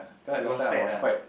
you was fat ah